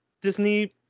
Disney